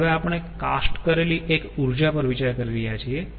હવે આપણે કાસ્ટ કરેલી એક ઊર્જા પર વિચાર કરી રહ્યા છીએ